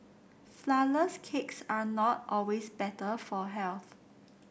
flourless cakes are not always better for health